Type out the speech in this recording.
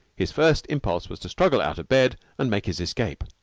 his first impulse was to struggle out of bed and make his escape.